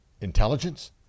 intelligence